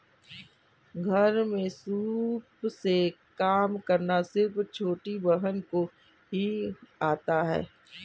घर में सूप से काम करना सिर्फ छोटी बहन को ही आता है